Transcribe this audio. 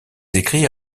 écrits